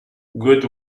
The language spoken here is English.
good